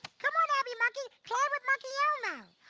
come on abby monkey, climb with monkey elmo.